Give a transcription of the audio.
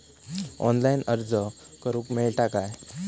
Online अर्ज करूक मेलता काय?